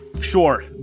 sure